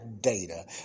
data